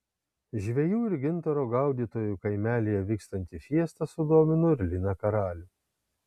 žvejų ir gintaro gaudytojų kaimelyje vykstanti fiesta sudomino ir liną karalių